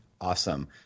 Awesome